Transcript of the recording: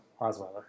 Osweiler